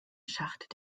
schacht